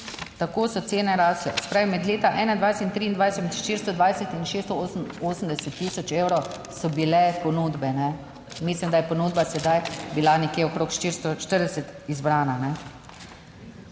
tako so cene rasle. Se pravi, med leta 2021 in 2023, 420 in 688 tisoč evrov so bile ponudbe, kajne. Mislim, da je ponudba sedaj bila nekje okrog 440 izbrana.